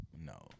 no